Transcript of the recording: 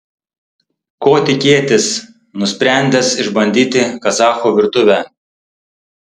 ko tikėtis nusprendęs išbandyti kazachų virtuvę